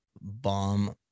bomb